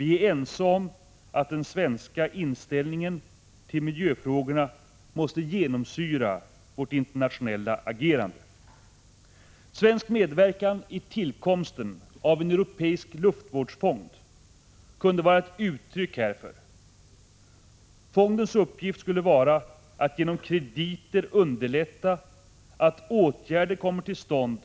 Alla är ense om att den svenska inställningen till miljöfrågorna måste genomsyra vårt internationella agerande. Svensk medverkan i tillkomsten av en europeisk luftvårdsfond kunde vara ett uttryck härför. Fondens uppgift skulle vara att genom krediter underlätta att åtgärder kommer till stånd